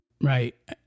Right